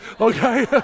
Okay